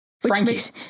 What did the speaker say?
frankie